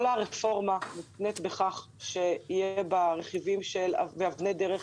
כל הרפורמה מותנית בכך שיהיו בה רכיבים ואבני דרך